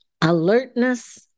alertness